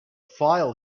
file